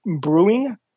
brewing